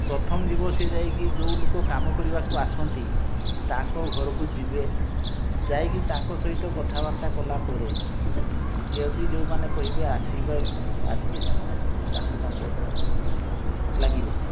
ପ୍ରଥମ ଯିବ ସେ ଯାଇକି ଯେଉଁ ଲୋକ କାମ କରିବାକୁ ଆସନ୍ତି ତାଙ୍କ ଘରକୁ ଯିବେ ଯାଇକି ତାଙ୍କ ସହିତ କଥାବାର୍ତ୍ତା କଲାପରେ ଯଦି ଯେଉଁମାନେ କହିବେ ଆସିବେ ଆସିକି ସେମାନେ ଚାଷ କାମରେ ଲାଗିବେ